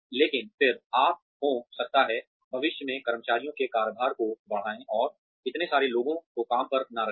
लेकिन फिर आप हो सकता है भविष्य में कर्मचारियों के कार्यभार को बढ़ाएं और इतने सारे लोगों को काम पर न रखें